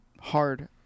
hard